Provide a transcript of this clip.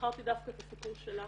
בחרתי דווקא את הסיפור שלה.